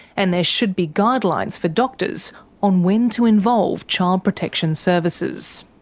and there should be guidelines for doctors on when to involve child protection services.